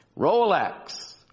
Rolex